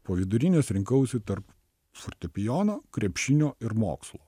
po vidurinės rinkausi tarp fortepijono krepšinio ir mokslų